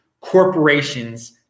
corporations